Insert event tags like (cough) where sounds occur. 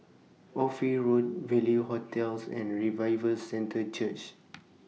Ophir Road Value hotels and Revival Centre Church (noise)